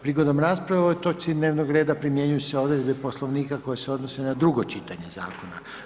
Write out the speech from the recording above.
Prigodom rasprave o ovoj točci dnevnog reda primjenjuju se odredbe Poslovnika koje se odnose na drugo čitanje zakona.